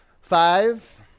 Five